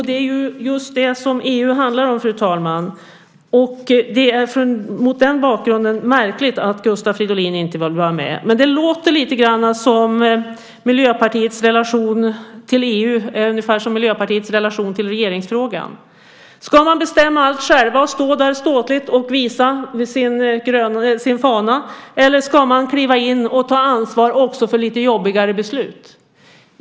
Det är just det som EU handlar om, fru talman, och det är mot den bakgrunden märkligt att Gustav Fridolin inte vill vara med. Men det låter lite grann som om Miljöpartiets relation till EU är ungefär som Miljöpartiets relation till regeringsfrågan. Ska man bestämma allt själv och stå där ståtligt och visa sin fana, eller ska man kliva in och ta ansvar också för lite jobbigare beslut?